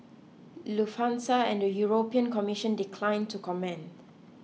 lufthansa and the European Commission declined to comment